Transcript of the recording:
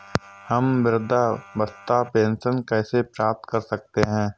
हम वृद्धावस्था पेंशन कैसे प्राप्त कर सकते हैं?